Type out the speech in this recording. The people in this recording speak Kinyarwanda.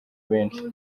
benshi